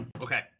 Okay